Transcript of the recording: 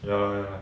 ya lah ya